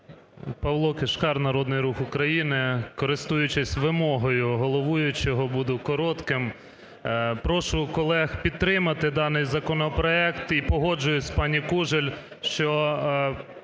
Павло Кишкар, Народний Рух України. Користуючись вимогою головуючого, буду коротким. Прошу колег підтримати даний законопроект, і погоджуюсь з пані Кужель, що